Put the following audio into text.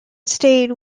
stayed